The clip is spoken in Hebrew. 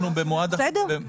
בסדר.